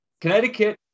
Connecticut